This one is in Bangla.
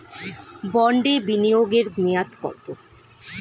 বন্ডে বিনিয়োগ এর মেয়াদ কত?